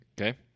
Okay